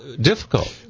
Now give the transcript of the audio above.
difficult